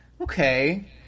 Okay